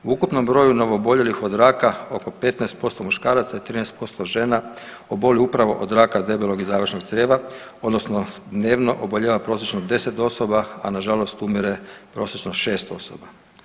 U ukupnom broju novo oboljelih od raka oko 15% muškaraca i 13% žena oboli upravo od raka debelog i završnog crijeva, odnosno dnevno obolijeva prosječno 10 osoba, a na žalost umire prosječno 6 osoba.